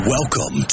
Welcome